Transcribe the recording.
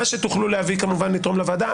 מה שתוכלו להביא כמובן יתרום לוועדה.